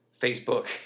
Facebook